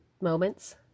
moments